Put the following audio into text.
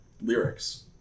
lyrics